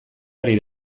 ari